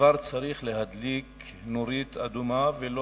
הדבר צריך להדליק נורית אדומה בנדון,